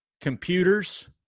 computers